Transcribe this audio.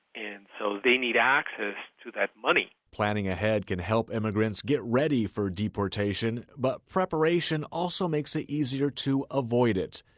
and so they need access to that money planning ahead can help immigrants get ready for deportation, but preparation also makes it easier to avoid it.